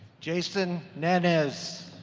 jason nanez